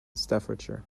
staffordshire